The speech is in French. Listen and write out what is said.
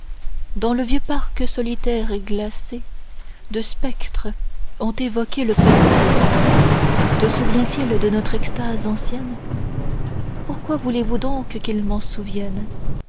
dans le vieux parc solitaire et glacé deux spectres ont évoqué le passé te souvient-il de notre extase ancienne pourquoi voulez-vous donc qu'il m'en souvienne